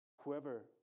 Whoever